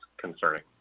concerning